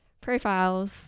profiles